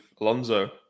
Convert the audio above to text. Alonso